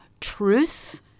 truth